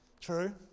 True